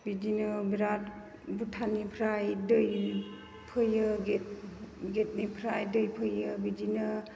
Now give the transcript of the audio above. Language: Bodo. बिदिनो बिराद भुटाननिफ्राय दै फैयो गेटनिफ्राय दै फैयो बिदिनो